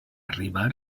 arribar